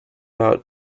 about